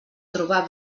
trobar